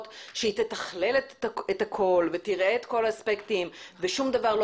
שהיא תתכלל את הכול ותראה את כל האספקטים ושום דבר לא